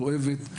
כואבת,